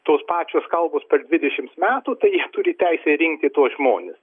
tos pačios kalbos per dvidešims metų tai jie turi teisę rinkti tuos žmones